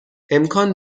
امکان